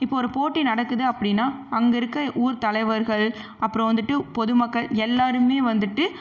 இப்போ ஒரு போட்டி நடக்குது அப்படின்னா அங்கே இருக்க ஊர் தலைவர்கள் அப்புறம் வந்துட்டு பொதுமக்கள் எல்லாருமே வந்துட்டு